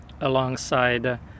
alongside